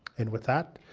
and with that,